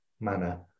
manner